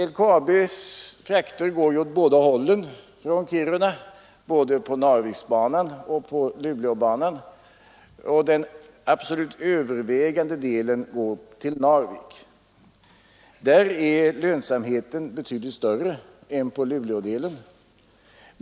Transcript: LKAB:s frakter går åt båda hållen från Kiruna, både på Narviksbanan och på Luleåbanan, och den absolut övervägande delen går till Narvik. Där är lönsamheten större än på Luleådelen.